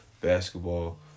Basketball